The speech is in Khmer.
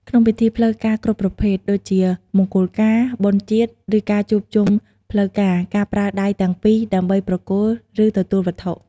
ក្នុងពិធីផ្លូវការគ្រប់ប្រភេទ ដូចជាមង្គលការ បុណ្យជាតិ ឬការជួបជុំផ្លូវការ ការប្រើដៃទាំងពីរដើម្បីប្រគល់ ឬទទួលវត្ថុ។